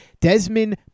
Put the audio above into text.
Desmond